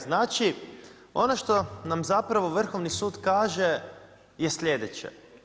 Znači ono što nam zapravo Vrhovni sud kaže je sljedeće.